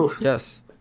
Yes